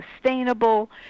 sustainable